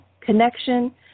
connection